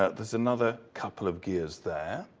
ah there's another couple of gears there.